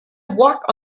whack